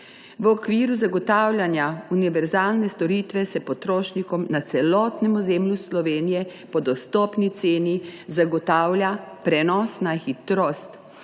V okviru zagotavljanja univerzalne storitve se potrošnikom na celotnem ozemlju Slovenije po dostopni ceni zagotavlja prenosna hitrost,